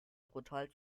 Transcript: brutal